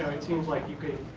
it seems like you could